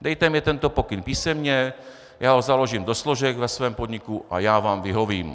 Dejte mně tento pokyn písemně, já ho založím do složek ve svém podniku a já vám vyhovím.